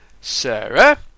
Sarah